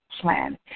plan